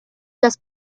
las